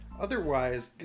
Otherwise